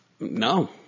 No